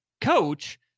coach